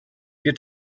wird